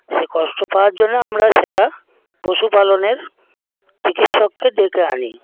সে কষ্ট পাওয়ার জন্যে আমরা সেটা পশুপালনের চিকিৎসককে ডেকে আনি